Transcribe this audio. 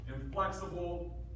inflexible